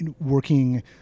working